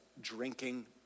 drinking